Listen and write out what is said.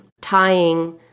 tying